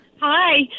Hi